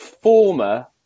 former